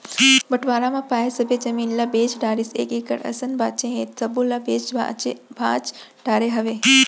बंटवारा म पाए सब्बे जमीन ल बेच डारिस एक एकड़ असन बांचे हे सब्बो ल बेंच भांज डरे हवय